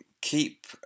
keep